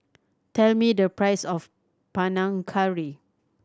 tell me the price of Panang Curry